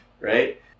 right